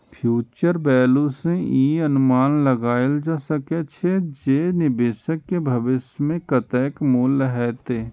future value सं ई अनुमान लगाएल जा सकै छै, जे निवेश के भविष्य मे कतेक मूल्य हेतै